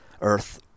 Earth